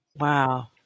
Wow